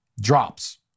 drops